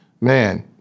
man